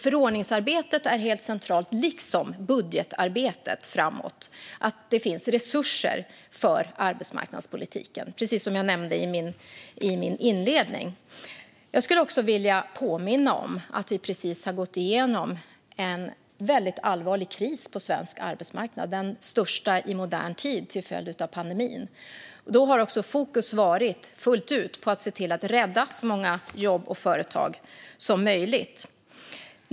Förordningsarbetet är helt centralt, liksom budgetarbetet framåt. Det handlar om att det finns resurser för arbetsmarknadspolitiken, precis som jag nämnde i min inledning. Jag skulle också vilja påminna om att vi precis har gått igenom en väldigt allvarlig kris på svensk arbetsmarknad, den största i modern tid, till följd av pandemin. Då har det fullt ut varit fokus på att se till att rädda så många jobb och företag som möjligt.